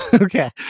Okay